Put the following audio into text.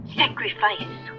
sacrifice